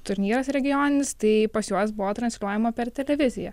turnyras regioninis tai pas juos buvo transliuojama per televiziją